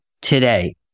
today